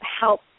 help